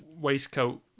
waistcoat